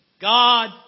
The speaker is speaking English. God